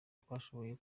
twashoboye